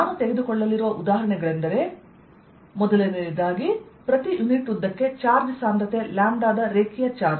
ನಾನು ತೆಗೆದುಕೊಳ್ಳಲಿರುವ ಉದಾಹರಣೆಗಳೆಂದರೆ 1 ಪ್ರತಿ ಯುನಿಟ್ ಉದ್ದಕ್ಕೆ ಚಾರ್ಜ್ ಸಾಂದ್ರತೆ ಲ್ಯಾಂಬ್ಡಾ ದ ರೇಖೀಯ ಚಾರ್ಜ್